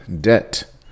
debt